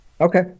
Okay